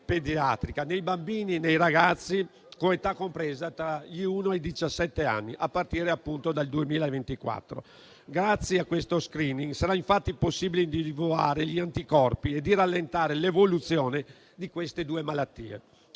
pediatrica, dei bambini e dei ragazzi di età compresa tra uno e diciassette anni, a partire appunto dal 2024. Grazie a questo *screening* sarà infatti possibile individuare gli anticorpi e rallentare l'evoluzione di queste due malattie.